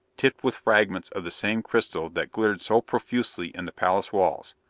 tipped with fragments of the same crystal that glittered so profusely in the palace walls.